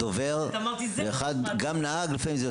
אחד הדברים הקשים לנו, הרופאים, זה